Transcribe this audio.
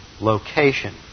location